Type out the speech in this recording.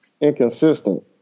inconsistent